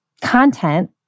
content